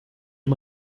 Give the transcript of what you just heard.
dem